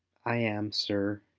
i am, sir,